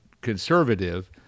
conservative